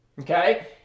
okay